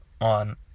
on